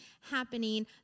happening